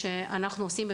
הפעולות שאנחנו נוקטים: